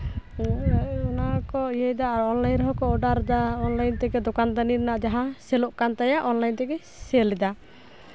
ᱚᱱᱟᱠᱚ ᱤᱭᱟᱹᱭ ᱮᱫᱟ ᱟᱨ ᱚᱱᱞᱟᱭᱤᱱ ᱦᱚᱸᱠᱚ ᱚᱰᱟᱨ ᱮᱫᱟ ᱚᱱᱞᱟᱭᱤᱱ ᱛᱮᱜᱮ ᱫᱚᱠᱟᱱ ᱫᱟᱹᱱᱤ ᱨᱮᱱᱟᱜ ᱡᱟᱦᱟᱸ ᱥᱮᱞᱚᱜ ᱠᱟᱱ ᱛᱟᱭᱟ ᱚᱱᱞᱟᱭᱤᱱ ᱛᱮᱜᱮᱭ ᱥᱮᱞ ᱮᱫᱟ